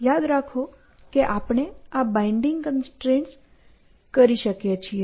યાદ રાખો કે આપણે આ બાઈન્ડીંગ કન્સ્ટ્રેઇન્ટ્સ કરી શકીએ છીએ